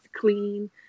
clean